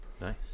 Nice